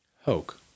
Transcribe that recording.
Hoke